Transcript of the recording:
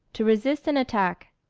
to resist an attack